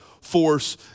force